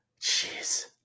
Jeez